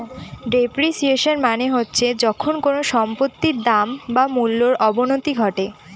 depreciation মানে হচ্ছে যখন কোনো সম্পত্তির দাম বা মূল্যর অবনতি ঘটে